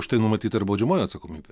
už tai numatyta ir baudžiamoji atsakomybė